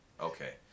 Okay